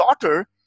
daughter